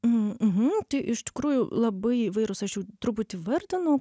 m mhm tai iš tikrųjų labai įvairūs aš jau truputį vardinau